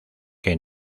que